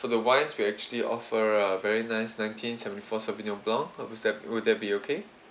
for the wines we actually offer a very nice nineteen seventy four sauvignon blanc would that be okay